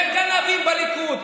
וגנבים בליכוד.